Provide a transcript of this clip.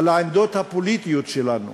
על העמדות הפוליטיות שלנו,